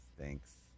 Thanks